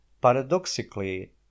paradoxically